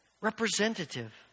representative